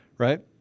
Right